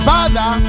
Father